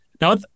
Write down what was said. Now